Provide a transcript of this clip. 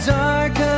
dark